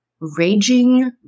Raging